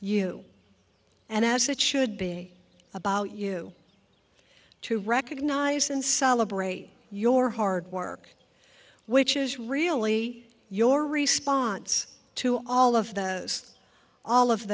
you and as it should be about you to recognize and celebrate your hard work which is really your response to all of that is all of